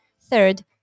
Third